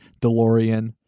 delorean